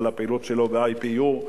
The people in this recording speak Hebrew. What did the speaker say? על הפעילות שלו ב-IPU,